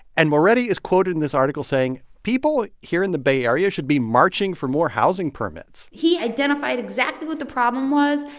and moretti is quoted in this article saying people here in the bay area should be marching for more housing permits he identified exactly what the problem was,